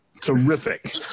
terrific